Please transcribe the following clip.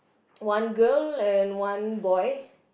one girl and one boy